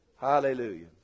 Hallelujah